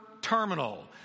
terminal